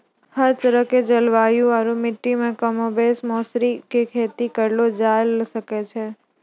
हर तरह के जलवायु आरो मिट्टी मॅ कमोबेश मौसरी के खेती करलो जाय ल सकै छॅ